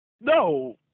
No